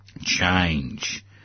Change